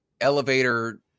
elevator